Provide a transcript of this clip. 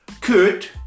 Kurt